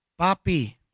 Papi